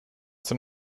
den